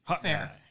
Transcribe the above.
Fair